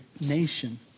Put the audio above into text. nation